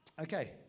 Okay